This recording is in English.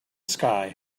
sky